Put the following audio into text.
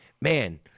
man